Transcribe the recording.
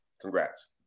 Congrats